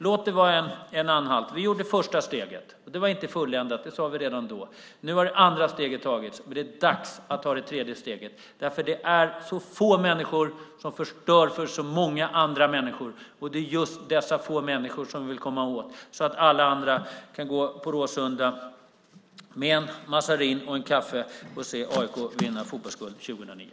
Låt det vara en anhalt. Vi tog det första steget, och det var inte fulländat. Det sade vi redan då. Nu har det andra steget tagits, och det är dags att ta det tredje steget, därför att det är så få människor som förstör för så många andra människor. Och det är just dessa få människor som vi vill komma åt, så att alla andra kan gå på Råsunda med en mazarin och en kaffe och se AIK vinna fotbollsguld 2009.